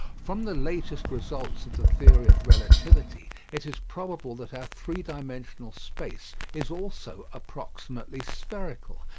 from the latest results of the theory of relativity it is probable that our three-dimensional space is also approximately spherical,